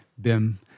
BIM